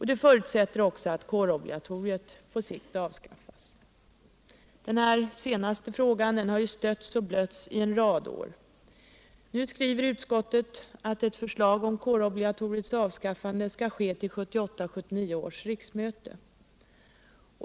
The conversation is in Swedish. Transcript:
Det förutsätter också au kårobligatoriet 24 maj 1978 avskaffas. Den senare frågan har stötts och blötts i en rad år. Nu skriver utskottet att ett förslag om kårobligatoriets avskaffande skall komma till 1978/79 års riksmöte.